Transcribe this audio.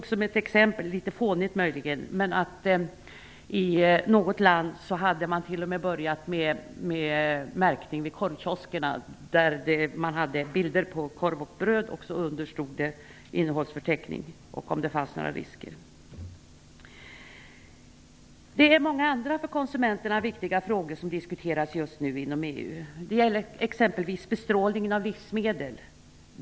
Som ett - möjligen något fånigt - exempel nämndes att man i något land börjat med märkning vid korvkioskerna. Man hade bilder på korv och bröd. Därunder fanns en innehållsförteckning, med uppgift om i fall det förelåg några hälsorisker. Många andra för konsumenterna viktiga frågor diskuteras just nu inom EU. Det gäller exempelvis bestrålade livsmedel.